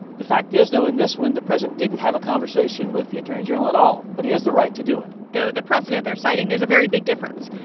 the fact is, though, in this one, the president didn't have a conversation with the attorney general at all. but he has the right to do it though the precedent they're citing, there's a very big difference,